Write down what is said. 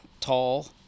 tall